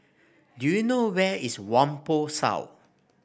do you know where is Whampoa South